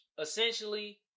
essentially